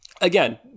again